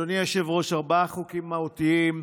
אדוני היושב-ראש, ארבעה חוקים מהותיים,